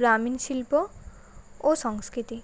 গ্রামীণ শিল্প ও সংস্কৃতি